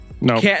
No